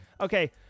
Okay